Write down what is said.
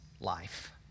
Life